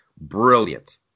brilliant